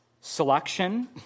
selection